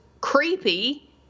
creepy